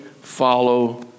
follow